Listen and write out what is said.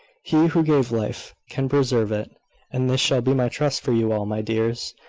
he who gave life can preserve it and this shall be my trust for you all, my dears,